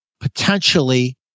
potentially